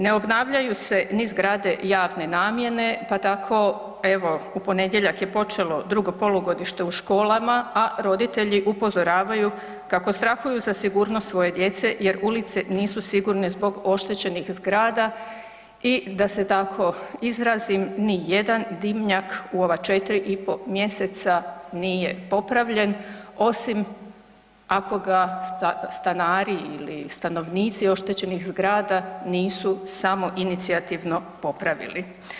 Ne obnavljaju se ni zgrade javne namjene pa tako evo, u ponedjeljak je počelo drugo polugodište u školama, a roditelju upozoravaju kako strahuju za sigurnost svoje djece jer ulice nisu sigurne zbog oštećenih zgrada i da se tako izrazim, nijedan dimnjak u ovih 4 i po mjeseca nije popravljen, osim ako ga stanari ili stanovnici oštećenih zgrada nisu samoinicijativno popravili.